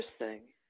Interesting